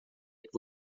que